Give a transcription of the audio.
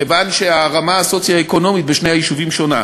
כיוון שהרמה הסוציו-אקונומית בשני היישובים שונה.